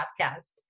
podcast